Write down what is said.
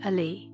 Ali